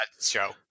show